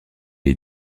est